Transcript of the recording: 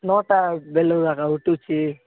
ନଅଟା ବେଳେ ଆକା ଉଠୁଛି